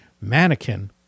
Mannequin